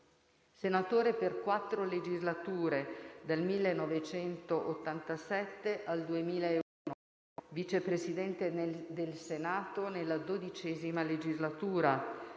senatore per quattro legislature, dal 1987 al 2001; Vice Presidente del Senato nella XII legislatura;